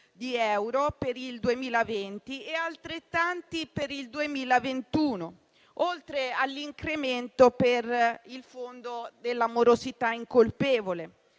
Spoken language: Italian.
di euro per il 2020 e altrettanti per il 2021, oltre all'incremento per il Fondo morosità incolpevole.